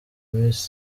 miss